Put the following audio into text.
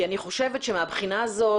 אני חושבת שמהבחינה הזאת